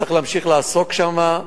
צריך להמשיך לעסוק שם.